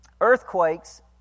earthquakes